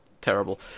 terrible